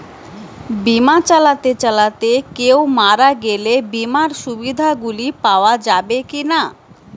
বিমা চালাতে চালাতে কেও মারা গেলে বিমার সুবিধা গুলি পাওয়া যাবে কি না?